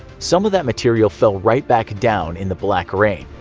some of that material fell right back down in the black rain.